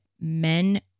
men